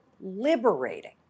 liberating